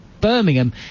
Birmingham